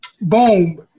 boom